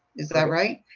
is that right?